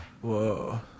Whoa